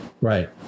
right